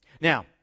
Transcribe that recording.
Now